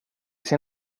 ser